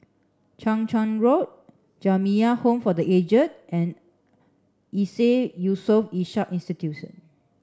Chang Charn Road Jamiyah Home for the Aged and ISEAS Yusof Ishak Institute